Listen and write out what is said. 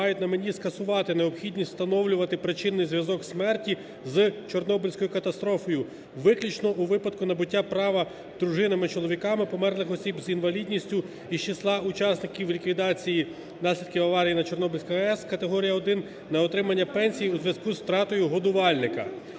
мають на меті скасувати необхідність встановлювати причинний зв'язок смерті з Чорнобильською катастрофою виключно у випадку набуття права дружинами (чоловіками) померлих осіб з інвалідністю, із числа учасників ліквідації наслідків аварії на Чорнобильській АЕС (категорія 1), на отримання пенсії у зв'язку з втратою годувальника.